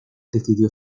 decidió